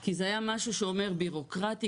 כי זה היה משהו שאומר בירוקרטי,